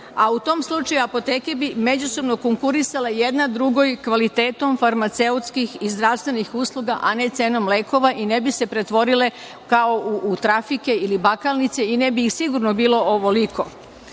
U tom slučaju apoteke bi međusobno konkurisale jedna drugoj kvalitetom farmaceutskih i zdravstvenih usluga, a ne cenom lekova i ne bi se pretvorile u trafike ili bakalnice i ne bi ih sigurno bilo ovoliko. Ono